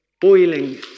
boiling